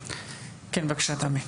כן, בבקשה תמי.